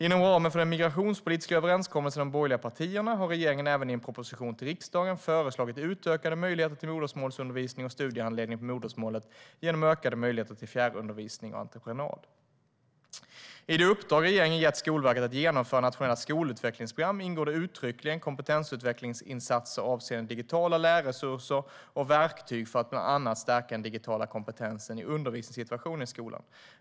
Inom ramen för den migrationspolitiska överenskommelsen med de borgerliga partierna har regeringen även i en proposition till riksdagen föreslagit utökade möjligheter till modersmålsundervisning och studiehandledning på modersmålet genom ökade möjligheter till fjärrundervisning och entreprenad. I det uppdrag regeringen gett Skolverket att genomföra nationella skolutvecklingsprogram ingår uttryckligen kompetensutvecklingsinsatser avseende digitala lärresurser och verktyg för att bland annat stärka den digitala kompetensen i undervisningssituationen i skolan.